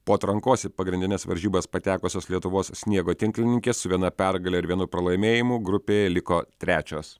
po atrankos į pagrindines varžybas patekusios lietuvos sniego tinklininkės su viena pergale ir vienu pralaimėjimu grupėje liko trečios